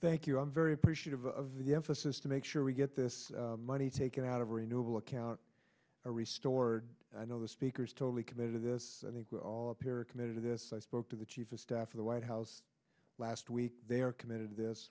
thank you i'm very appreciative of the emphasis to make sure we get this money taken out of renewable account or restored i know the speakers totally committed to this i think we're all committed to this i spoke to the chief of staff of the white house last week they are committed t